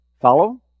Follow